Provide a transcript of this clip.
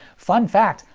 fun fact!